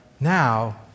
Now